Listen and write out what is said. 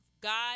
God